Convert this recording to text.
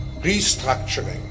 restructuring